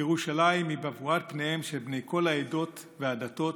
ירושלים היא בבואת פניהם של בני כל העדות והדתות,